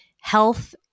health